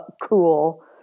cool